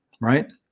right